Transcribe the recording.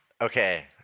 Okay